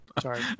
Sorry